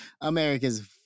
America's